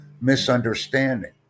misunderstanding